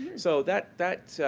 so that that